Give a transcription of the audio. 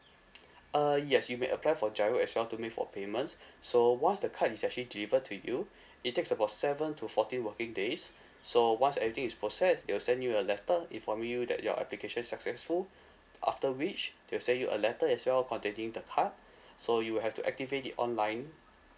uh yes you may apply for GIRO as well to make for payments so once the card is actually deliver to you it takes about seven to fourteen working days so once everything is process they will send you a letter informing you that your application's successful after which they will send you a letter as well containing the card so you'll have to activate it online